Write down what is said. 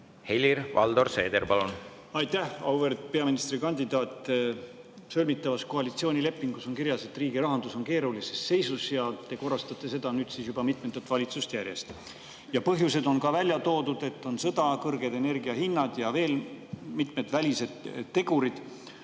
Helir-Valdor Seeder, palun! Aitäh! Auväärt peaministrikandidaat! Sõlmitavas koalitsioonilepingus on kirjas, et riigi rahandus on keerulises seisus ja te korrastate seda, nüüd juba mitmendat valitsust järjest. Põhjused on ka välja toodud: sõda, kõrged energiahinnad ja veel mitmed välised tegurid.